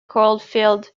coldfield